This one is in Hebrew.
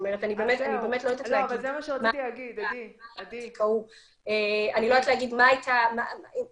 אני לא יודעת להגיד מה היה במקרה ההוא,